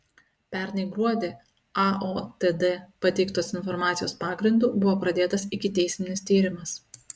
pernai gruodį aotd pateiktos informacijos pagrindu buvo pradėtas ikiteisminis tyrimas